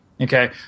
Okay